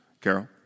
Carol